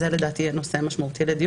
זה לדעתי נושא משמעותי לדיון,